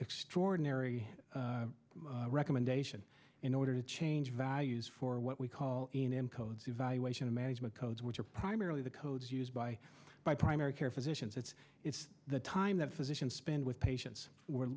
extraordinary recommendation in order change values for what we call in encodes evaluation of management codes which are primarily the codes used by by primary care physicians it's the time that physicians spend with patients were